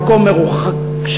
במקום מרוחק,